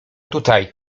tutaj